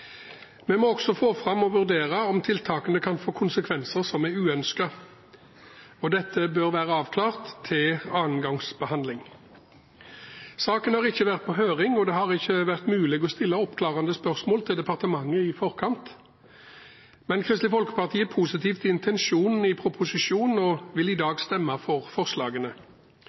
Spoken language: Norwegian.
Vi må også få fram og vurdere om tiltakene kan få konsekvenser som er uønsket, og dette bør være avklart til annen gangs behandling. Saken har ikke vært på høring, og det har ikke vært mulig å stille oppklarende spørsmål til departementet i forkant, men Kristelig Folkeparti er positiv til intensjonen i proposisjonen og vil i dag